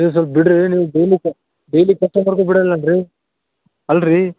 ನೀವು ಸ್ವಲ್ಪ ಬಿಡ್ರಿ ನೀವು ಡೈಲಿ ಕ ಡೈಲಿ ಕಸ್ಟಮರಿಗೂ ಬಿಡಲ್ವೇನು ರೀ ಅಲ್ಲರಿ